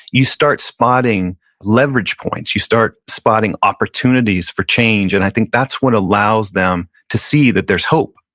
you start spotting leverage points, you start spotting opportunities for change. and i think that's what allows them to see that there's hope.